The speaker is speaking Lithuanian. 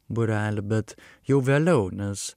būrelį bet jau vėliau nes